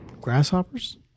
grasshoppers